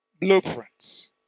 blueprints